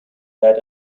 had